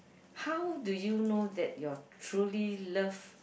how do you know that your truly love